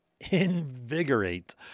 invigorate